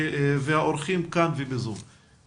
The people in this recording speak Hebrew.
והאורחים שנמצאים כאן ואלה שב-זום.